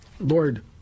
Lord